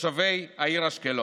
לתושבי אשקלון: